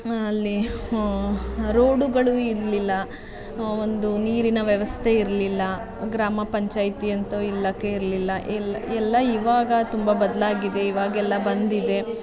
ಅಲ್ಲಿ ರೋಡುಗಳು ಇರಲಿಲ್ಲ ಒಂದು ನೀರಿನ ವ್ಯವಸ್ಥೆ ಇರಲಿಲ್ಲ ಗ್ರಾಮ ಪಂಚಾಯಿತಿ ಅಂತೂ ಇಲ್ಲ ಕೆ ಇರಲಿಲ್ಲ ಇಲ್ಲಿ ಎಲ್ಲ ಇವಾಗ ತುಂಬ ಬದಲಾಗಿದೆ ಇವಾಗೆಲ್ಲ ಬಂದಿದೆ